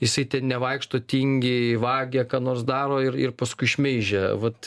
jisai ten nevaikšto tingi vagia ką nors daro ir ir paskui šmeižia vat